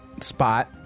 spot